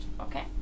okay